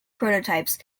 prototypes